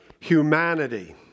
humanity